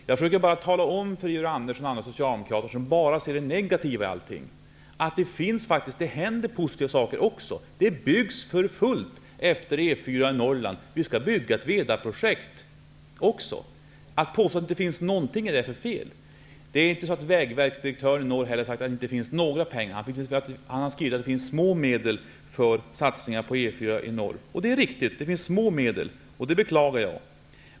Jag försöker bara tala om för Georg Andersson och andra socialdemokrater som bara ser det negativa i allting att det händer också positiva saker. Det byggs för fullt efter E 4 i Norrland. Vi har också Vedaprojektet. Att påstå att det inte finns någonting är därför fel. Det är inte heller så att Vägverkets direktör sagt att det inte finns några pengar. Han har skrivit att att medlen för satsningar på E 4 i norr är små. Det är riktigt, och det beklagar jag.